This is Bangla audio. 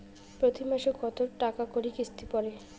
প্রতি মাসে কতো টাকা করি কিস্তি পরে?